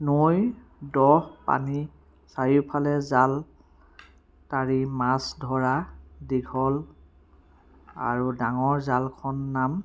নৈৰ দহ পানীৰ চাৰিওফালে জাল তাৰি মাছ ধৰা দীঘল আৰু ডাঙৰ জালখন নাম